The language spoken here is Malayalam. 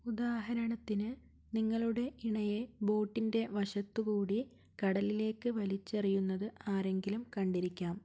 ഉദാഹരണത്തിന് നിങ്ങളുടെ ഇണയെ ബോട്ടിന്റെ വശത്തുകൂടി കടലിലേക്ക് വലിച്ചെറിയുന്നത് ആരെങ്കിലും കണ്ടിരിക്കാം